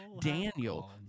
Daniel